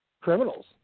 criminals